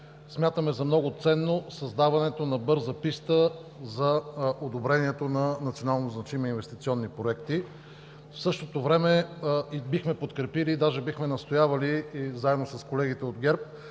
смятаме за много ценно създаването на бърза писта за одобрението на национално значими инвестиционни проекти. В същото време даже бихме подкрепили и бихме настоявали, заедно с колегите от ГЕРБ,